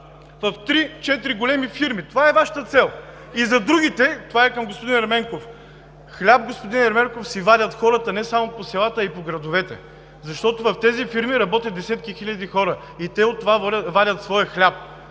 големи фирми. Това е Вашата цел. И за другите, това е към господин Ерменков, хляб, господин Ерменков, си вадят хората не само по селата, а и по градовете. Защото в тези фирми работят десетки хиляди хора и от това вадят своя хляб.